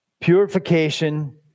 purification